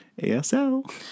ASL